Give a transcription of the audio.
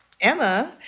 Emma